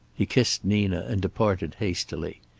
he kissed nina and departed hastily.